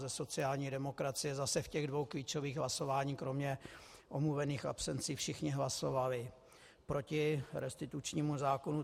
Ze sociální demokracie zase v těch dvou klíčových hlasováních kromě omluvených absencí všichni hlasovali proti restitučnímu zákonu.